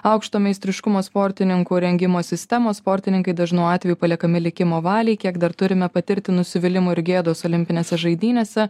aukšto meistriškumo sportininkų rengimo sistemos sportininkai dažnu atveju paliekami likimo valiai kiek dar turime patirti nusivylimo ir gėdos olimpinėse žaidynėse